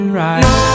right